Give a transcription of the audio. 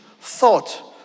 thought